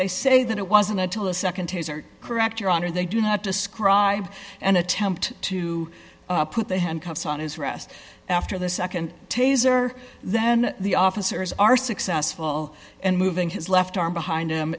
they say that it wasn't until a nd taser correct your honor they do not describe an attempt to put the handcuffs on his rest after the nd taser then the officers are successful and moving his left arm behind him